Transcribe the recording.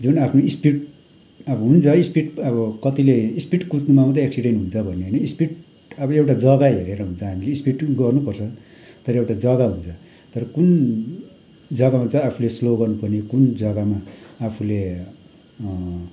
जुन आफ्नो स्पिड अब हुन्छ स्पिड अब कतिले स्पिड कुद्नुमा मात्रै एक्सिडेन्ट हुन्छ भन्ने होइन स्पिड अब एउटा जग्गा हेरेर हुन्छ हामीले स्पिड गर्नुपर्छ तर एउटा जग्गा हुन्छ तर कुन जग्गामा चाहिँ आफूले स्लो गर्नुपर्ने कुन जग्गामा आफूले